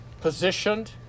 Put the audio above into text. positioned